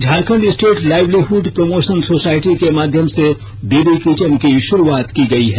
Jharkhand state livelihood promotion society के माध्यम से दीदी किचन की शुरुआत की गई है